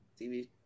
TV